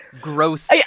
gross